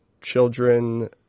children